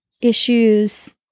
issues